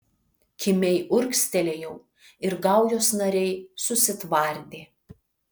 kimiai urgztelėjau ir gaujos nariai susitvardė